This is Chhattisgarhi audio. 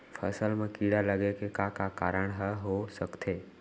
फसल म कीड़ा लगे के का का कारण ह हो सकथे?